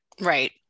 Right